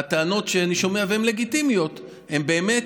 הטענות שאני שומע, והן לגיטימיות, הן באמת,